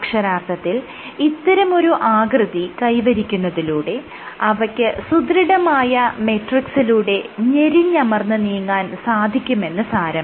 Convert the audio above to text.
അക്ഷരാർത്ഥത്തിൽ ഇത്തരമൊരു ആകൃതി കൈവരിക്കുന്നതിലൂടെ അവയ്ക്ക് സുദൃഢമായ മെട്രിക്സിലൂടെ ഞെരിഞ്ഞമർന്ന് നീങ്ങാൻ സാധിക്കുമെന്ന് സാരം